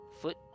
foot